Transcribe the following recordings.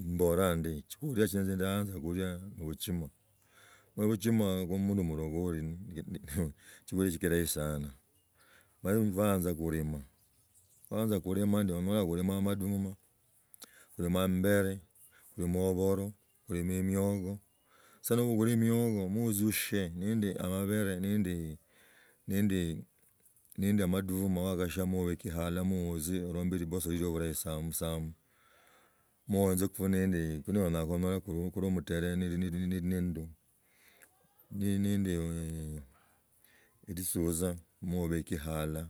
Embolaa ndi, chokuli chi nda yanza okhulia no buchima ko buchima ku mundu mulogoli na chokulia kelahi sana. Mala, kwayanza kulima kwayanze kulima kwayanze kulima ndi amala kulima amadima, kulima ambere, kulima oboro kulima emiogo, so nobukula emioyo mozi oshe, nindu amabele nundu amaduma wagashia mobike halala moozie olombe libapi liliyo bulahi sana. Moenzeku nende konyala kumala kulwa mutele nende elisutza mo obeki halala.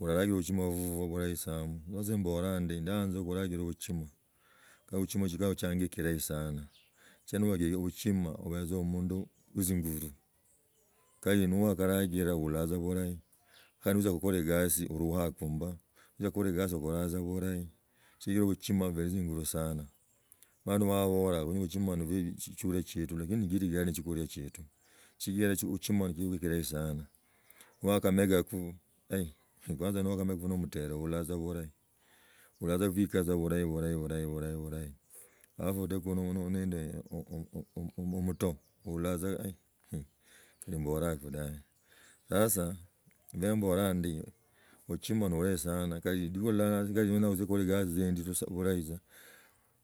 Oralachila busuma bubwa bulahi sana, ko mboalaa ndi, ndayanza kulagila buchima ko, bschima obetza amundu wo chingutu kali niwakalakila oulaa bulahi, kali notsia eratsi olisha akumbe, notsia kukola egasi ogolaatza bulaki. Sichira buchima bub na tchinguku sana. Banda bamala babola obuchima nichio echiukulia chietu lakini ke ligali ne chakulia chietu sichira buchima nishio kirahi sana, wakamegaku, kwanza wakameyaku no mstari okula tza bulah oula tsa khukaza bulahi bulahi bulahi bulahi halafu adekeku nende omuto johula tsa kali mbotaku dabe sasa nembolaa ndi ochima no o sana kali lidiku ilala otzie okolie tzigazi tzindu bulahi tza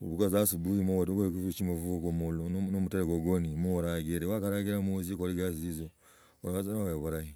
obuka tza asubuhi modekoko buchima bubwa no motere guguso ne norogiti wakaragila wakaragilla ne natsia okole gazi tzitzio onyolo tza noob bulahi.